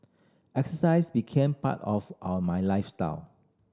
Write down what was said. exercise became part of my lifestyle